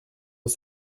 aux